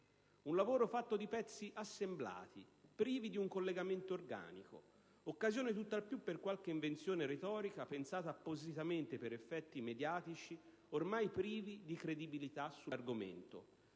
un lavoro fatto di pezzi assemblati, privi di un collegamento organico, occasione tutt'al più per qualche invenzione retorica pensata appositamente per gli effetti mediatici, ormai privi di credibilità sull'argomento.